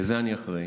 לזה אני אחראי.